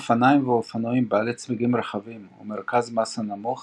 אופניים ואופנועים בעלי צמיגים רחבים ומרכז מסה נמוך